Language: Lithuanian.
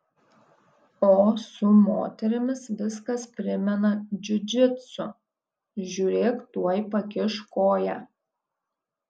o su moterimis viskas primena džiudžitsu žiūrėk tuoj pakiš koją